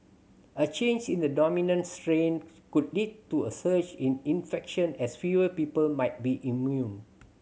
a change in the dominant strain could lead to a surge in infection as fewer people might be immune